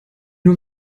nur